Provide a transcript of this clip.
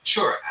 Sure